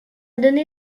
donné